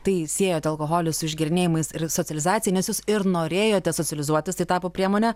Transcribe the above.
tai siejot alkoholį su išgėrinėjimais ir socializacija nes jūs ir norėjote socializuotis tai tapo priemone